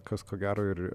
kas ko gero ir